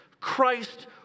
Christ